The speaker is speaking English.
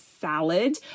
salad